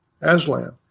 Aslan